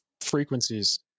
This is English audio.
Frequencies